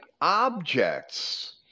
objects